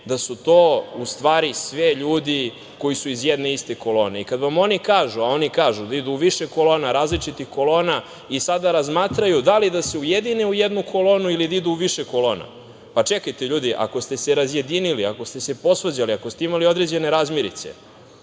da su to u stvari sve ljudi koji su iz jedne iste kolone. Kada vam oni kažu, a oni kažu da idu u više kolona, različitih kolona, i sada razmatraju da li da se ujedine u jednu kolonu ili da idu u više kolona. Pa čekajte, ljudi, ako ste se razjedinili, ako ste se posvađali, ako ste imali određene razmirice